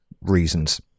reasons